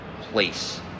place